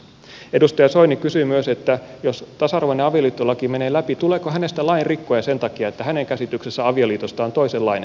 edustaja soini kysyi myös että jos tasa arvoinen avioliittolaki menee läpi tuleeko hänestä lainrikkoja sen takia että hänen käsityksensä avioliitosta on toisenlainen